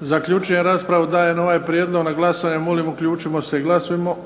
Zaključujem raspravu. Dajem ovaj prijedlog na glasovanje. Molim uključimo se i glasujmo.